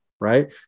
right